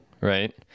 right